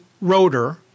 rotor